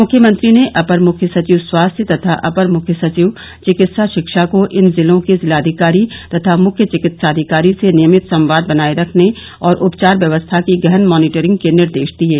मुख्यमंत्री ने अपर मुख्य सचिव स्वास्थ्य तथा अपर मुख्य सचिव चिकित्सा शिक्षा को इन जिलों के जिलाधिकारी तथा मुख्य चिकित्साधिकारी से नियमित संवाद बनाये रखने और उपचार व्यवस्था की गहन मॉनिटरिंग के निर्देश दिये